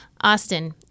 Austin